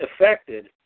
affected